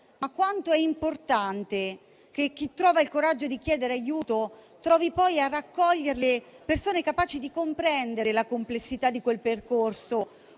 Quanto è importante che chi trova il coraggio di chiedere aiuto trovi poi ad accoglierlo persone capaci di comprendere la complessità di quel percorso